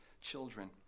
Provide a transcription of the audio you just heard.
children